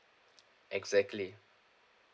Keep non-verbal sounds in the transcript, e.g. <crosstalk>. <noise> exactly